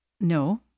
No